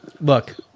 look